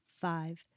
five